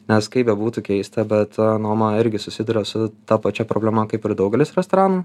nes kaip bebūtų keista bet noma irgi susiduria su ta pačia problema kaip ir daugelis restoranų